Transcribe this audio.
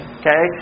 okay